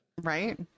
right